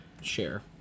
share